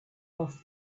off